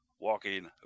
walking